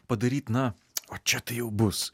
padaryt na o čia tai jau bus